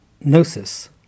Gnosis